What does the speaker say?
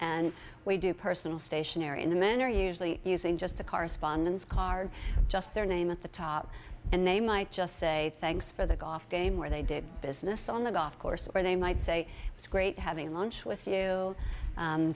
and we do personal stationery in the manner usually using just the correspondence card just their name at the top and they might just say thanks for that off game where they did business on the golf course or they might say it's great having lunch with you